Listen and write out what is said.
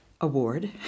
award